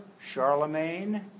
Charlemagne